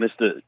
Mr